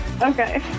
Okay